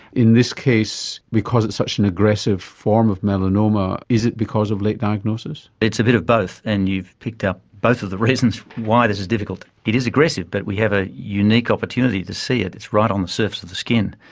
in this case because it's such an aggressive form of melanoma, is it because of late diagnosis? it's a bit of both, and you've picked up both of the reasons why this is is difficult. it is aggressive, but we have a unique opportunity to see it, it's right on the surface of the skin.